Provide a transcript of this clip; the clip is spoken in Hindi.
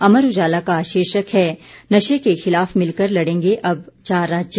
अमर उजाला का शीर्षक है नशे के खिलाफ मिलकर लड़ेंगे अब चार राज्य